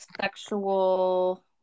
sexual